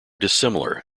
dissimilar